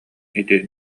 ити